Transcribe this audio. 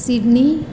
Sydney